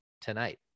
tonight